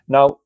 Now